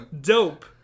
Dope